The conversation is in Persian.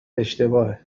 اشتباهه